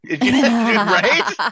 right